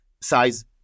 size